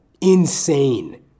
insane